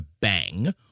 bang